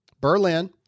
Berlin